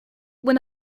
when